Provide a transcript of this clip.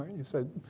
you said